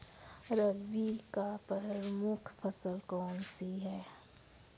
रबी की प्रमुख फसल कौन सी है?